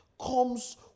comes